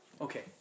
Okay